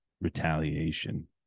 retaliation